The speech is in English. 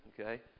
Okay